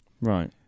Right